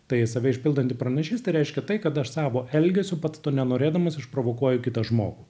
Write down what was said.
tai save išpildanti pranašystė reiškia tai kad aš savo elgesiu pats to nenorėdamas išprovokuoju kitą žmogų